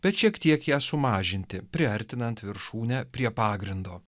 bet šiek tiek ją sumažinti priartinant viršūnę prie pagrindo